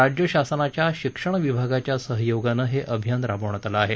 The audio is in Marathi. राज्य शासनाच्या शिक्षण विभागाच्या सहयोगानं हे अभियान राबवण्यात आलं आहे